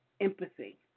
empathy